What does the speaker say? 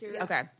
Okay